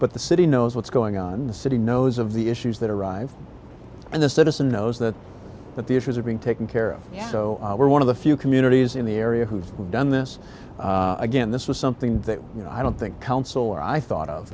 but the city knows what's going on in the city knows of the issues that arrive and the citizen knows that that the issues are being taken care of so we're one of the few communities in the area who have done this again this was something that you know i don't think council or i thought of